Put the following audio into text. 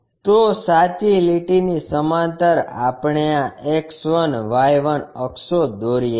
તો સાચી લીટીની સમાંતર આપણે આ X 1 Y 1 અક્ષો દોરીએ છીએ